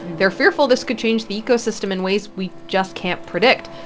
they're fearful this could change the ecosystem in ways we just can't predict.